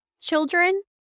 children